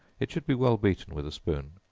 it should be well beaten with a spoon,